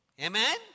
Amen